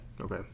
Okay